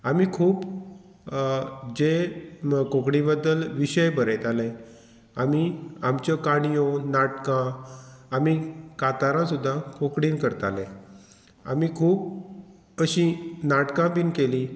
आमी खूब जे कोंकणी बद्दल विशय बरयताले आमी आमच्यो काणयो नाटकां आमी कातारां सुद्दां कोंकणीन करताले आमी खूब अशी नाटकां बीन केली